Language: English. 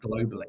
globally